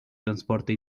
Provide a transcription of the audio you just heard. transporte